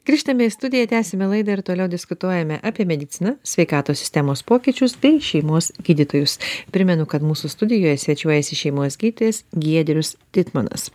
grįžtame į studiją tęsiame laidą ir toliau diskutuojame apie mediciną sveikatos sistemos pokyčius bei šeimos gydytojus primenu kad mūsų studijoje svečiuojasi šeimos gydytojas giedrius tytmonas